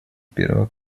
первого